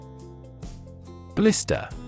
Blister